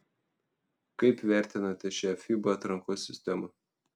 kaip vertinate šią fiba atrankos sistemą